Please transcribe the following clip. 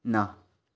ना